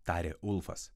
tarė ulfas